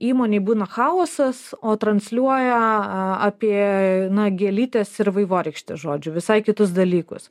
įmonėj būna chaosas o transliuoja apie gėlytes ir vaivorykštę žodžiu visai kitus dalykus